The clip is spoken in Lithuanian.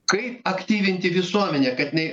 kaip aktyvinti visuomenę kad jinai